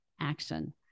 action